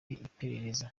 iperereza